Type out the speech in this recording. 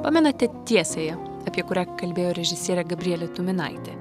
pamenate tiesiąją apie kurią kalbėjo režisierė gabrielė tuminaitė